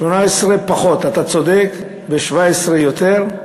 בשמונה-עשרה פחות, אתה צודק, בשבע-עשרה יותר.